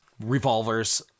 revolvers